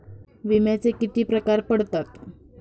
विम्याचे किती प्रकार पडतात?